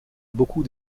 beaucoup